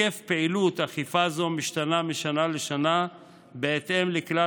היקף פעילות אכיפה זו משתנה משנה לשנה בהתאם לכלל